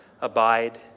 Abide